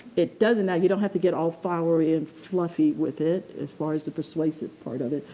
it doesn't now you don't have to get all flowery and fluffy with it as far as the persuasive part of it.